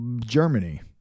Germany